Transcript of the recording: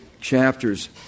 chapters